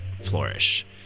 flourish